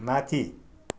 माथि